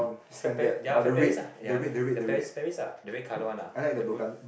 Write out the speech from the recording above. Fred Perry ya Fred Perrys ah ya the Perrys Perrys uh the red colour one uh the moon